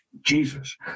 Jesus